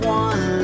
one